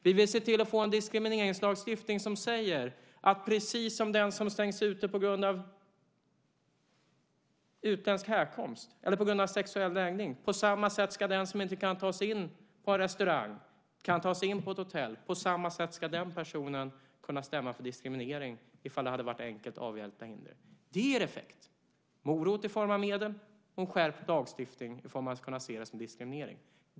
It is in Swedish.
Vi vill se till att få en diskrimineringslagstiftning som säger att precis som den som stängs ute på grund av utländsk härkomst eller sexuell läggning ska den som inte kan ta sig in på en restaurang eller på ett hotell kunna stämma för diskriminering om det hade handlat om enkelt avhjälpta hinder. Det ger effekt, en morot i form av medel och en skärpt lagstiftning för att man ska kunna se det som diskriminering.